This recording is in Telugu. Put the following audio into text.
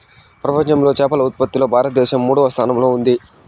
ప్రపంచంలో చేపల ఉత్పత్తిలో భారతదేశం మూడవ స్థానంలో ఉంది